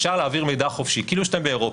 אפשר להעביר מידע חופשי כאילו שאתם באירופה.